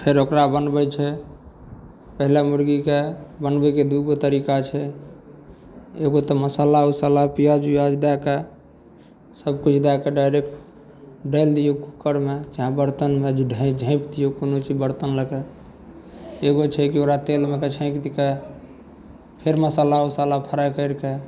फेर ओकरा बनबै छै पहिले मुरगीके बनबैके दुइ गो तरीका छै एगो तऽ मसल्ला उसल्ला पिआज उआज दैके फेर कुरबाके डाइरेक्ट डालि दिऔ कुकरमे चाहे बरतनमे ढा झाँपि दिऔ कोनो ची बरतन लैके एगो छै कि ओकरा तेलमेके छाँकिके फेर मसल्ला उसल्ला फ्राइ करिके